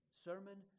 sermon